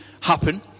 happen